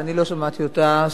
שאני לא שמעתי אותה,